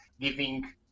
giving